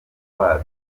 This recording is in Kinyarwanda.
wabyo